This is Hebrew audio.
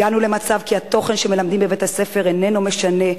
הגענו למצב שהתוכן שמלמדים בבתי-הספר אינו משנה.